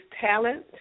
talent